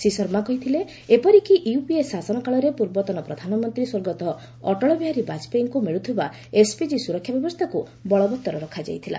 ଶ୍ରୀ ଶର୍ମା କହିଥିଲେ ଏପରିକି ୟୁପିଏ ଶାସନକାଳରେ ପୂର୍ବତନ ପ୍ରଧାନମନ୍ତ୍ରୀ ସ୍ୱର୍ଗତ ଅଟଳ ବିହାରୀ ବାଜପେୟୀଙ୍କୁ ମିଳୁଥିବା ଏସ୍ପିଜି ସୁରକ୍ଷା ବ୍ୟବସ୍ଥାକୁ ବଳବତ୍ତର ରଖାଯାଇଥିଲା